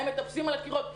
הם מטפסים על הקירות,